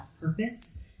purpose